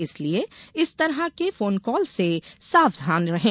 इसलिए इस तरह के फोनकाल से सावधान रहें